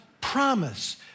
promise